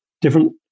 different